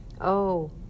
Oh